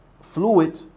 fluid